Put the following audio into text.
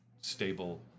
stable